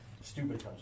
Stupid